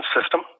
system